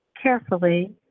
Carefully